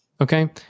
Okay